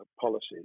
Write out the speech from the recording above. policies